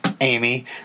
Amy